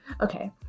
Okay